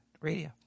Radio